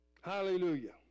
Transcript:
Hallelujah